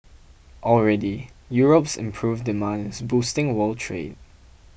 already Europe's improved demand is boosting world trade